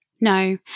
no